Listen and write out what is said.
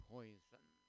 Poison